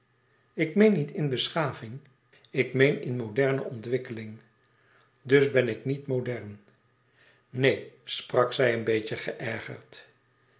ik meen niet in beschaving ik meen in moderne ontwikkeling dus ik ben niet modern neen sprak zij een beetje geërgerd